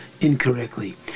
incorrectly